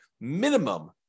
minimum